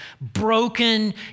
broken